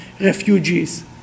refugees